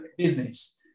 business